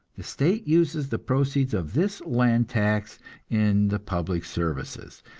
the state uses the proceeds of this land tax in the public services,